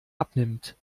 abnimmt